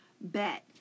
bet